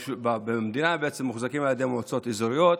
במדינה בעצם מוחזקות על ידי מועצות אזוריות,